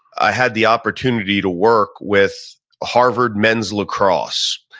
i had the opportunity to work with harvard men's lacrosse.